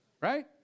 right